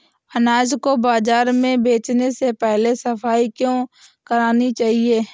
अनाज को बाजार में बेचने से पहले सफाई क्यो करानी चाहिए?